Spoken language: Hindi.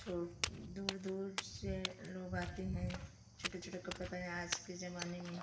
छो दूर दूर से लोग आते हैं छोटा छोटा कपड़ा पहने आज के ज़माने में